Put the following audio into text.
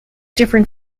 different